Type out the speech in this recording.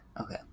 Okay